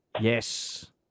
Yes